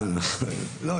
לא,